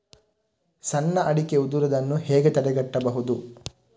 ಸಣ್ಣ ಅಡಿಕೆ ಉದುರುದನ್ನು ಹೇಗೆ ತಡೆಗಟ್ಟಬಹುದು?